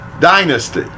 dynasty